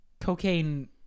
cocaine